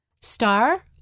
Star